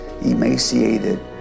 emaciated